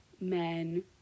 men